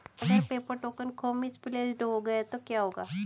अगर paper token खो misplaced गया तो क्या होगा?